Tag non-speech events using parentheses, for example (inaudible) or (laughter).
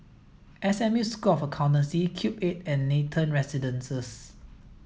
S M U School of Accountancy Cube eight and (unintelligible) Residences